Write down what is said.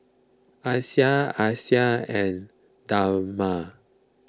Aisyah Aisyah and Damia